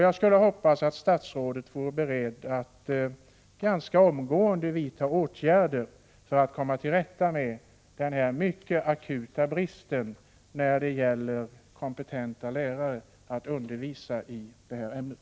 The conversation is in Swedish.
Jag skulle hoppas att statsrådet vore beredd att ganska omgående vidta åtgärder för att komma till rätta med den här mycket akuta bristen när det gäller lärare som är kompetenta att undervisa i det här ämnet.